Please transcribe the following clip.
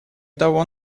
того